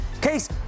Case